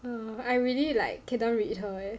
err I really like cannot read her leh